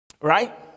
Right